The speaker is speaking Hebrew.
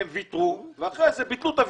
הם ויתרו ואחר כך ביטלו את הוויתור.